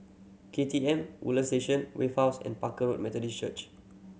K T M Woodland Station Wave House and Barker Road Methodist Church